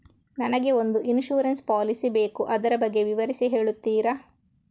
ನನಗೆ ಒಂದು insurance policy ಬೇಕು ಅದರ ಬಗ್ಗೆ ವಿವರಿಸಿ ಹೇಳುತ್ತೀರಾ?